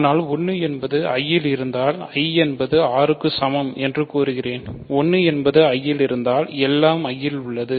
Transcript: ஆனால் 1 என்பது I இல் இருந்தால்I என்பது R க்கு சமம் என்று கூறுகிறேன் 1 என்பது I இல் இருந்தால் எல்லாம் I இல் உள்ளது